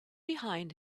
behind